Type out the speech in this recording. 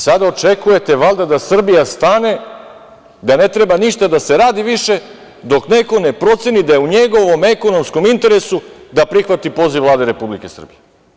Sad očekujete, valjda, da Srbija stane, da ne treba ništa da se radi više, dok neko ne proceni da je u njegovom ekonomskom interesu da prihvati poziv Vlade Republike Srbije.